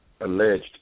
alleged